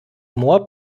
moor